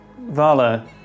Vala